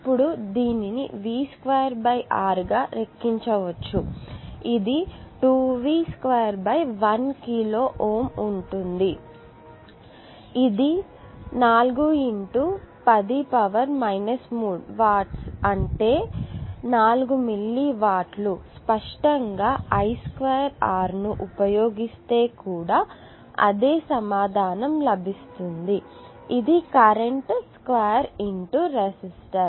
ఇప్పుడు దీనిని V² R గా లెక్కించవచ్చు ఇది 2V ²1కిలోΩ అవుతుంది ఇది 4 x10 3 వాట్స్ అంటే 4 మిల్లీ వాట్స్ స్పష్టంగా I² R ను ఉపయోగిస్తే కుడా అదే సమాధానం లభిస్తుంది ఇది కరెంటు 2 రెసిస్టర్